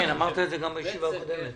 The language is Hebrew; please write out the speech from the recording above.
אמרת את זה גם בישיבה הקודמת.